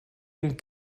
den